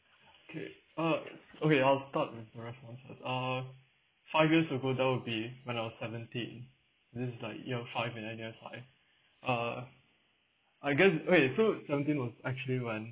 okay okay okay I'll start the rest first ah uh five years ago that would be when I was seventeen this is like year five and then you have five uh I guess !oi! so seventeen was actually when